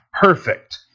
perfect